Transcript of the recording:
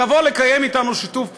תבוא לקיים אתנו שיתוף פעולה,